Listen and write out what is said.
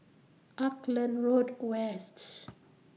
Auckland Road West's